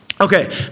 Okay